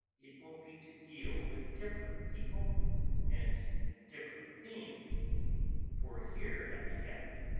it will be to deal with different people and different themes for here at the end,